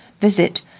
visit